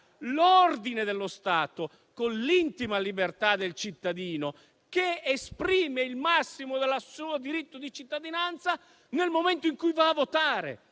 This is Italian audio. l'ordine dello Stato con l'intima libertà del cittadino, che esprime il massimo del suo diritto di cittadinanza nel momento in cui va a votare.